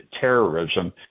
terrorism